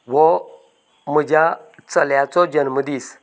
हो म्हज्या चल्याचो जल्मदीस